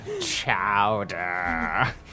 Chowder